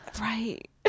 right